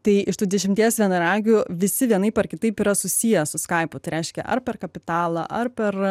tai iš tų dešimties vienaragių visi vienaip ar kitaip yra susiję su skaipu tai reiškia ar per kapitalą ar per